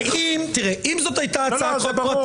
אם זו הייתה הצעה- - ברור